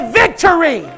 victory